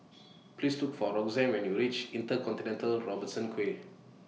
Please Look For Roxanne when YOU REACH Inter Continental Robertson Quay